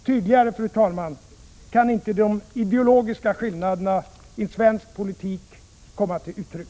Tydligare, fru talman, kan inte de ideologiska skillnaderna i svensk politik komma till uttryck.